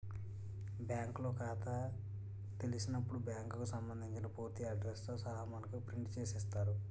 బ్యాంకులో ఖాతా తెలిసినప్పుడు బ్యాంకుకు సంబంధించిన పూర్తి అడ్రస్ తో సహా మనకు ప్రింట్ చేసి ఇస్తారు